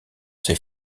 ses